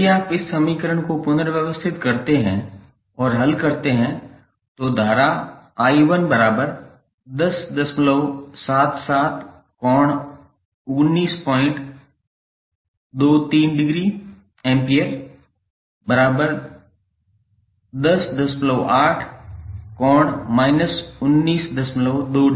यदि आप इस समीकरण को पुनर्व्यवस्थित करते हैं और हल करते हैं तो धारा I11077∠1923◦ A 108∠−192◦A और I2 105∠−567◦